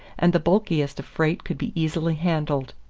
and the bulkiest of freight could be easily handled.